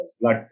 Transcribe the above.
blood